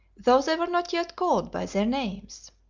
though they were not yet called by their names.